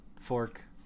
fork